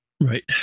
right